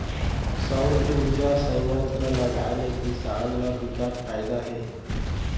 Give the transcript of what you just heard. सउर उरजा संयत्र लगाए ले किसान ल बिकट फायदा हे